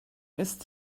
ist